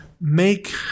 make